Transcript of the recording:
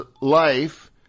life